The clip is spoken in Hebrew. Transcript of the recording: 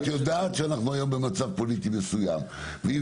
את יודעת שאנחנו היום במצב פוליטי מסוים ואם